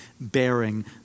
bearing